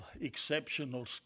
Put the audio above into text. exceptional